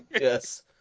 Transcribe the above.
Yes